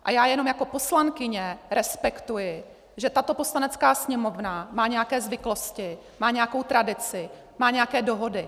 A já jenom jako poslankyně respektuji, že tato Poslanecká sněmovna má nějaké zvyklosti, má nějakou tradici, má nějaké dohody.